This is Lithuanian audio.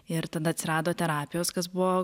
ir tada atsirado terapijos kas buvo